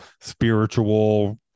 spiritual